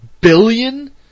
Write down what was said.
billion